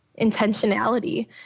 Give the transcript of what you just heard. intentionality